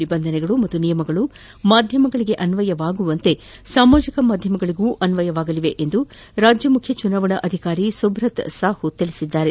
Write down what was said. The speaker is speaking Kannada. ನಿಬಂಧನೆಗಳು ಹಾಗೂ ನಿಯಮಗಳು ಮಾಧ್ಯಮಗಳಿಗೆ ಅಸ್ಸಯವಾಗುವಂತೆ ಸಾಮಾಜಿಕ ಮಾಧ್ಯಮಗಳಗೂ ಅನ್ವಯವಾಗಲಿವೆ ಎಂದು ರಾಜ್ಯ ಮುಖ್ಯ ಚುನಾವಣಾಧಿಕಾರಿ ಸುಬ್ರತ್ ಸಾಹು ಹೇಳಿದ್ದಾರೆ